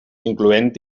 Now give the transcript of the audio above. incloent